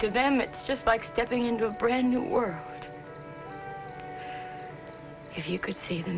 to them it's just like stepping into a brand new world if you could see the